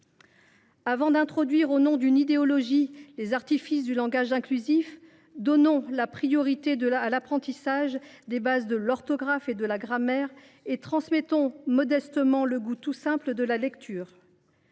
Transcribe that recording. dans notre langue, au nom d’une idéologie, les artifices du langage inclusif, donnons la priorité à l’apprentissage des bases de l’orthographe et de la grammaire et transmettons modestement le goût tout simple de la lecture.